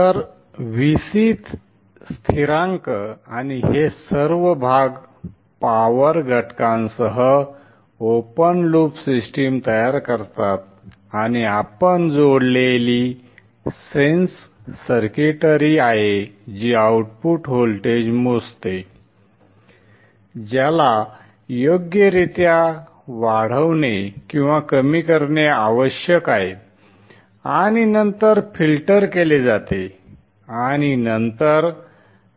तर Vc स्थिरांक आणि हे सर्व भाग पॉवर घटकांसह ओपन लूप सिस्टीम तयार करतात आणि आता आपण जोडलेली सेन्स सर्किटरी आहे जी आउटपुट व्होल्टेज मोजते ज्याला योग्यरित्या वाढवणे किंवा कमी करणे आवश्यक आहे आणि नंतर फिल्टर केले जाते आणि नंतर